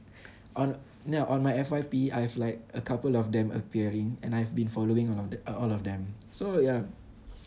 on ya on my F_Y_P I have like a couple of them appearing and I've been following on all of th~ uh all of them so ya